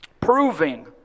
Proving